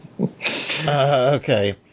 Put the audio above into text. Okay